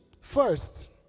first